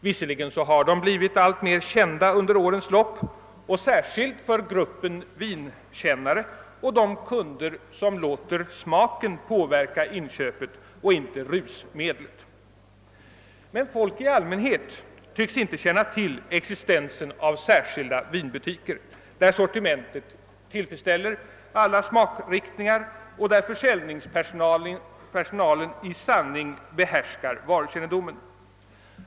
Visserligen har de under årens lopp blivit alltmer kända särskilt för gruppen vinkännare och de kunder som låter smaken och inte berusningseffekten påverka inköpen. Folk i allmänhet tycks emellertid inte känna till existensen av särskilda vinbutiker där sortimentet tillfredsställer alla smakriktningar och där försäljningspersonalen i sanning äger varukännedom.